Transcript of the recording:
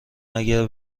اگر